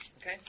Okay